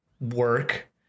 work